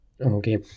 Okay